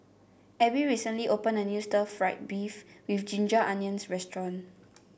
Abbey recently opened a new Stir Fried Beef with Ginger Onions restaurant